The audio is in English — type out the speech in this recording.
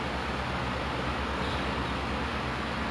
macam rendam kat dalam air ke apa